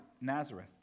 Nazareth